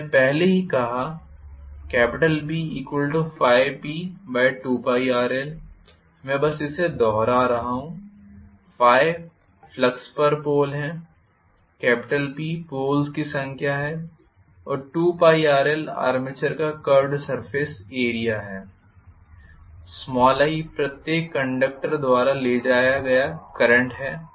हमने पहले ही कहा B∅P2πrl मैं बस इसे दोहरा रहा हूं ∅ फ्लक्स पर पोल है Pपोल्स की संख्या है और 2πrl आर्मेचर का कर्व्ड सर्फेस एरिया है i प्रत्येक कंडक्टर द्वारा ले जाया गया करंट है